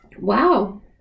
Wow